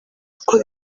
kuko